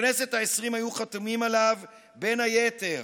בכנסת העשרים היו חתומים עליו, בין היתר,